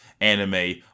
anime